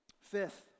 Fifth